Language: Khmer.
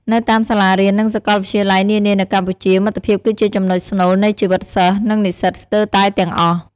នៅតាមសាលារៀននិងសាកលវិទ្យាល័យនានានៅកម្ពុជា មិត្តភាពគឺជាចំណុចស្នូលនៃជីវិតសិស្សនិងនិស្សិតស្ទើរតែទាំងអស់។